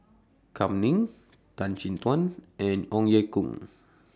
Kam Ning Tan Chin Tuan and Ong Ye Kung